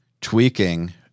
tweaking